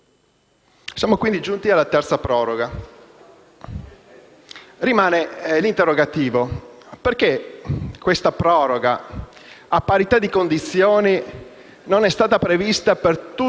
Siamo quindi giunti alla terza proroga. Rimane un interrogativo: perché questa proroga, a parità di condizioni, non è stata prevista per tutti i